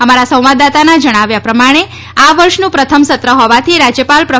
અમારા સંવાદદાતાનાં જણાવ્યા પ્રમાણે આ વર્ષનું પ્રથમ સત્ર હોવાથી રાજ્યપાલ પ્રો